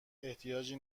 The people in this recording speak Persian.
احتیاجی